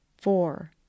four